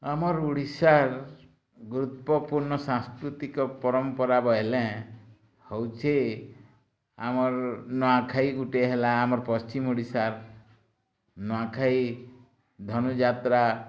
ଆମର୍ ଓଡ଼ିଶାର ଗୁରୁତ୍ୱପୂର୍ଣ୍ଣ ସାସ୍କୃତିକ ପରମ୍ପରା ବୋଇଲେଁ ହେଉଛି ଆମର୍ ନୂଆଖାଇ ଗୁଟେ ହେଲା ଆମର୍ ପଶ୍ଚିମ୍ ଓଡ଼ିଶାର୍ ନୂଆଖାଇ ଧନୁଯାତ୍ରା